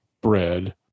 bread